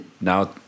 now